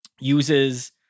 uses